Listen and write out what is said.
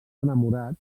enamorats